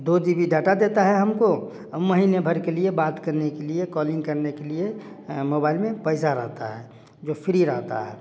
दो GB data देता है हमको हम महीने भर के लिए बात करने के लिए कॉलिंग करने के लिए मोबाइल में पैसा रहता है जो फ्री रहता है